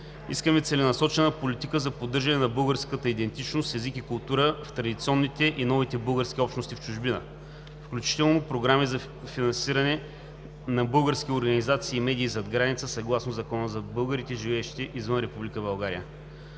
Искаме целенасочена политика за поддържане на българската идентичност, език и култура в традиционните и новите български общности в чужбина, включително програми за финансиране на български организации и медии зад граница, съгласно Закона за българите, живеещи извън Република България.